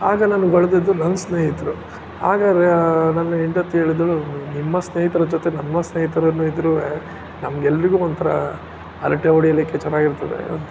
ಆಗ ನನಗೆ ಹೊಳ್ದಿದ್ದು ನನ್ನ ಸ್ನೇಹಿತರು ಆಗ ನನ್ನ ಹೆಂಡತಿ ಹೇಳಿದಳು ನಿಮ್ಮ ಸ್ನೇಹಿತರ ಜೊತೆ ನನ್ನ ಸ್ನೇಹಿತರೂ ಇದ್ದರೂ ನಮ್ಗೆಲ್ಲರಿಗೂ ಒಂಥರ ಹರಟೆ ಹೊಡೆಯಲಿಕ್ಕೆ ಚೆನ್ನಾಗಿರ್ತದೆ ಅಂತ